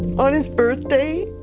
on his birthday,